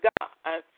God